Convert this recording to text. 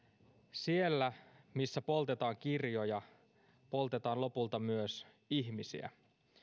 siellä missä poltetaan kirjoja poltetaan lopulta myös ihmisiä